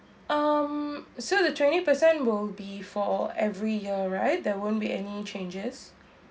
um so the twenty percent will be for every year right there won't be any changes